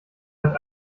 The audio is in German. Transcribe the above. hat